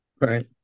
Right